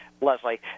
Leslie